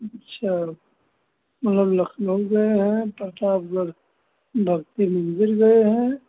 अच्छा मतलब लखनऊ गये हैं प्रतापगढ़ घर पर बिल्कुल गए हैं